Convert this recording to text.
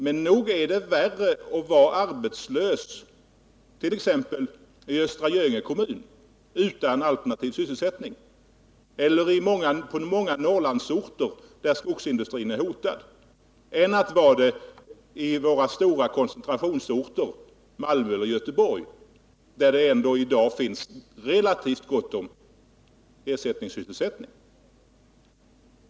Men nog är det värre att vara arbetslös t.ex. i Östra Göinge kommun utan alternativ sysselsättning och på många Norrlandsorter, där skogsindustrin är hotad, än att vara det på våra stora koncentrationsorter, Malmö och Göteborg, där det ändå i dag finns relativt gott om ersättningssysselsättning.